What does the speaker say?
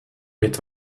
mit